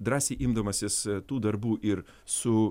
drąsiai imdamasis tų darbų ir su